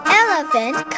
elephant